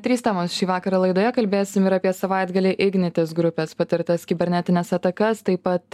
trys temos šį vakarą laidoje kalbėsim ir apie savaitgalį ignitis grupės patirtas kibernetines atakas taip pat